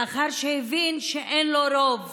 לאחר שהבין שאין לו רוב